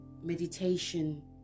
meditation